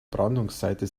brandungsseite